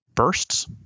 bursts